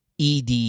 ed